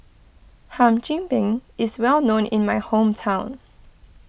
Hum Chim Peng is well known in my hometown